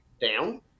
down